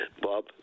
Bob